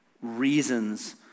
reasons